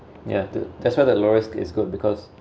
yeah the that's why the low risk is good because